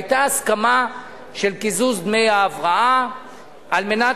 היתה הסכמה על קיזוז דמי ההבראה על מנת